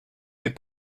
des